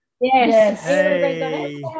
Yes